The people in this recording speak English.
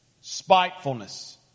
spitefulness